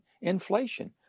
Inflation